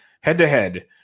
head-to-head